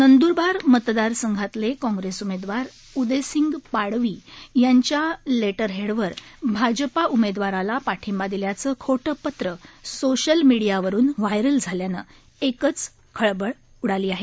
नंद्रबार मतदारसंघातले कॉग्रेस उमेदवार उदेसिंग पाडवी यांच्या लेटरहेट वर भाजपा उमेदवाराला पाठींबा दिल्याचं खोटं पत्र सोशल मिडायावरुन व्हायरल झाल्यानं एकच खळबळ उडाली आहे